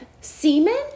semen